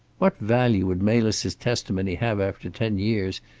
what value would melis's testimony have after ten years,